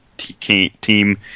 team